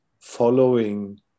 following